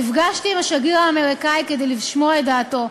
נפגשתי עם השגריר האמריקני כדי לשמוע את דעתו.